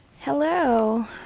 hello